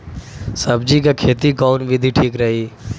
सब्जी क खेती कऊन विधि ठीक रही?